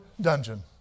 dungeon